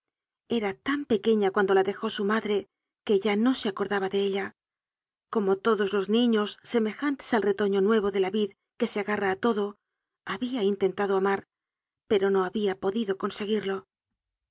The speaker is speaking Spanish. era tan pequeña cuando la dejó su madre que ya no se acordaba de ella como todos los niños semejantes al retoño nuevo de la vid que se agarra á todo habia intentado amar pero no habia podido conseguirlo